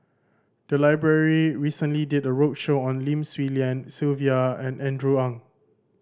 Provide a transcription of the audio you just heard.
the library recently did a roadshow on Lim Swee Lian Sylvia and Andrew Ang